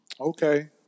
Okay